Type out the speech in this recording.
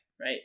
Right